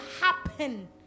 happen